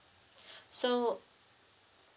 so